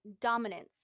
dominance